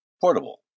portable